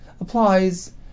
applies